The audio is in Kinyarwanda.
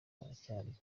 baracyariho